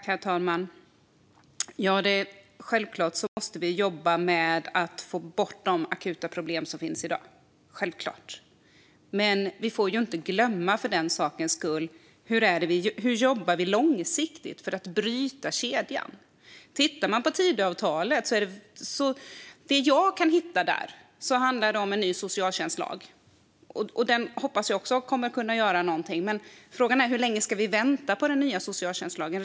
Herr talman! Självklart måste vi jobba med att få bort de akuta problem som finns i dag. Men vi får för den sakens skull inte glömma: Hur jobbar vi långsiktigt för att bryta kedjan? Det jag kan hitta i Tidöavtalet handlar om en ny socialtjänstlag. Jag hoppas också att den kommer att kunna göra någonting. Men frågan är: Hur länge ska vi vänta på den nya socialtjänstlagen?